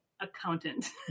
accountant